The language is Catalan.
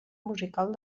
musical